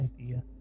idea